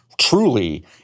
truly